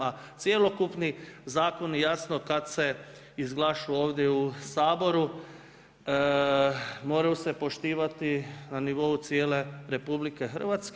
A cjelokupni zakon jasno kad se izglašu ovdje u Saboru moraju se poštivati na nivou cijele RH.